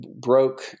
broke